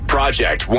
Project